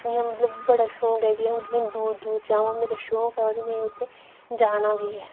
इ'यां मतलब बड़ा शौक ऐ कि अऊं दूर दूर जामां मेरा शौक ऐ और मी उत्थै जाना बी ऐ